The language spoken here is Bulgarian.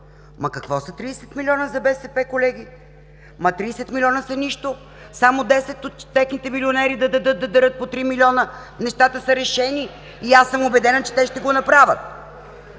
Ама, какво са 30 милиона за БСП, колеги? Ама, 30 милиона са нищо! Само десет от техните милионери да дарят по 3 милиона, нещата са решени и аз съм убедена, че те ще го направят.